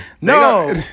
No